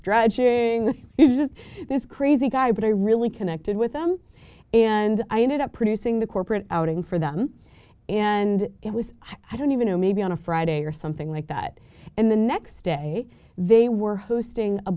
stretching just this crazy guy but i really connected with them and i ended up producing the corporate outing for them and it was i don't even know maybe on a friday or something like that and the next day they were hosting a